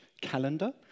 calendar